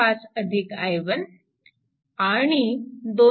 5A i1 आणि 2